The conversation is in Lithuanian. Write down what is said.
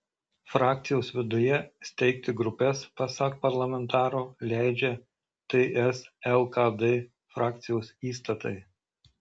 frakcijos viduje steigti grupes pasak parlamentaro leidžia ts lkd frakcijos įstatai